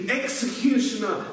executioner